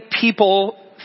people